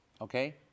Okay